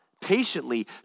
patiently